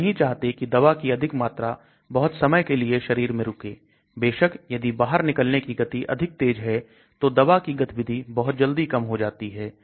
हम नहीं चाहते कि दवा की अधिक मात्रा बहुत अधिक समय के लिए शरीर में रुके बेशक यदि बाहर निकलने की गति अधिक तेज है तो दवा की गतिविधि बहुत जल्दी कम हो जाती है